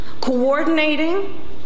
coordinating